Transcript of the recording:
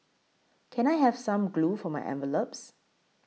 can I have some glue for my envelopes